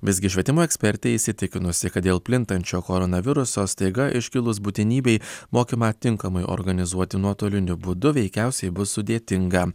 visgi švietimo ekspertė įsitikinusi kad dėl plintančio koronaviruso staiga iškilus būtinybei mokymą tinkamai organizuoti nuotoliniu būdu veikiausiai bus sudėtinga